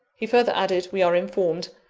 he further added, we are informed,